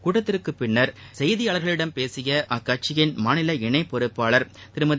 கூட்டத்திற்கு பின்னர் செய்தியாளர்களிடம் பேசிய அக்கட்சியின் மாநில இணை பொறுப்பாளர் திருமதி